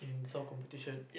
so competition